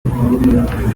munsi